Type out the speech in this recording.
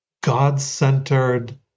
God-centered